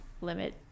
limit